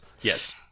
Yes